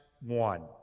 one